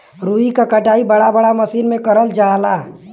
रुई क कटाई बड़ा बड़ा मसीन में करल जाला